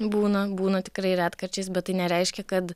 būna būna tikrai retkarčiais bet tai nereiškia kad